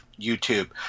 YouTube